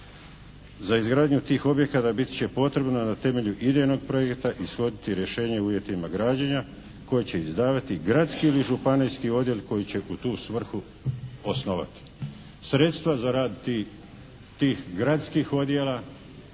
Za izgradnju tih objekata bit će potrebno na temelju idejnog projekta ishoditi rješenje o uvjetima građenja koje će izdavati gradski ili županijski odjel koji će u tu svrhu osnovati. Sredstva za rad tih gradskih odjela